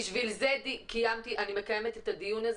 בשביל זה אני מקיימת את הדיון הזה,